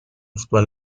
فوتبال